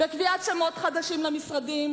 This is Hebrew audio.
בקביעת שמות חדשים למשרדים,